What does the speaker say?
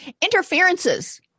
interferences